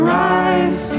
rise